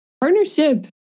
Partnership